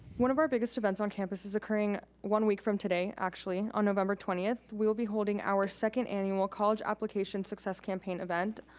one of our biggest events on campus is occurring one week from today, actually, on november twentieth. we will be holding our second annual college application success campaign event,